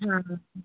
ਹਾਂ